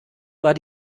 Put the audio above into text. war